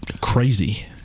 crazy